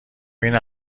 این